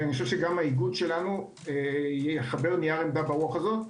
ואני חושב שגם האיגוד שלנו יחבר נייר עמדה ברוח הזאת.